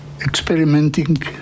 experimenting